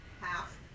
half